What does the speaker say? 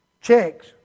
checks